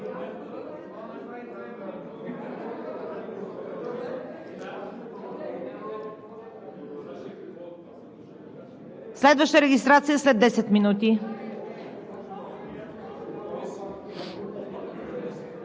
Следваща регистрация – след 10 минути.